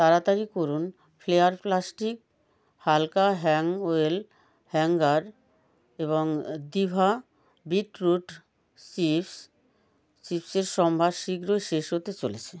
তাড়াতাড়ি করুন flair plastic হাল্কা হ্যাং ওয়েল হ্যাঙ্গার এবং দিভা বিটরুট চিপ্স চিপ্সের সম্ভার শীঘ্রই শেষ হতে চলেছে